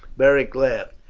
beric laughed.